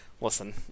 Listen